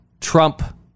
Trump